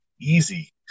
easy